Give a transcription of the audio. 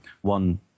one